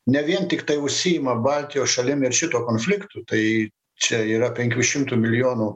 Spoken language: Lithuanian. ne vien tiktai užsiima baltijos šalim šituo konfliktu tai čia yra penkių šimtų milijonų